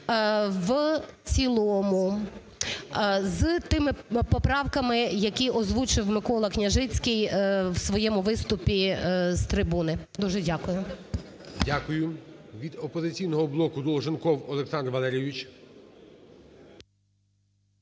в цілому з тим поправками, які озвучив Микола Княжицький в своєму виступі з трибуни. Дуже дякую. ГОЛОВУЮЧИЙ. Дякую. Від "Опозиційного блоку" – Долженков Олександр Валерійович.